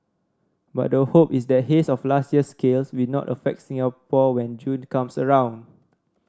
but the hope is that haze of last year's scale will not affect Singapore when June comes around